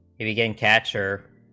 begin capture